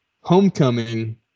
homecoming